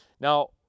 Now